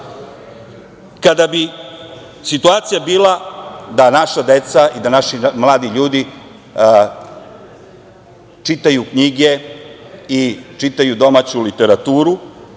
kada bi situacija bila da naša deca i da naši mladi ljudi čitaju knjige i čitaju domaću literaturu